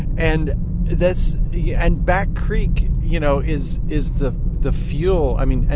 and this yeah and back creek, you know, is is the the fuel. i mean,